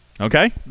Okay